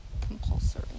compulsory